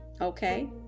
okay